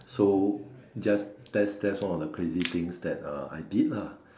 so just test test all the crazy things that uh I did lah